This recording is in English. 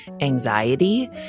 anxiety